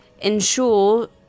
ensure